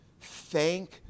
thank